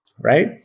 right